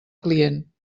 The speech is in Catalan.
client